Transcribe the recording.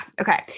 Okay